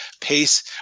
pace –